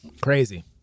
Crazy